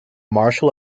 marshal